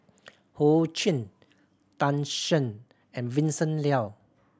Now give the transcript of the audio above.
Ho Ching Tan Shen and Vincent Leow